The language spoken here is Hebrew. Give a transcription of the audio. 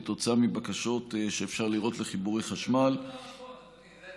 על פי הבקשות לחיבורי חשמל שאפשר לראות.